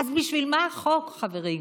אז בשביל מה החוק, חברים?